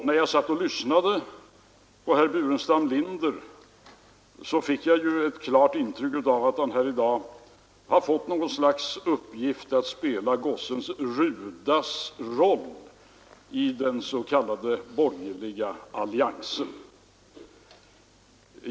När jag satt och lyssnade på herr Burenstam Linder fick jag ett klart intryck av att han här i dag har fått något slags uppgift att spela gossen Rudas roll i den s.k. borgerliga alliansen.